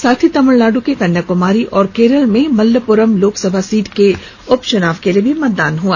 साथ ही तमिलनाडु के कन्याकुमारी और केरल में मल्लपुरम लोकसभा सीट के उपचुनाव के लिए भी मतदान हुआ